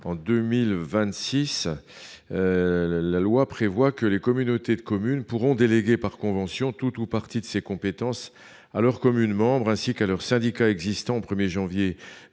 en 2026, la loi prévoit que les communautés de communes pourront déléguer par convention tout ou partie de ces compétences à leurs communes membres, ainsi qu’à leurs syndicats existants au 1 janvier 2019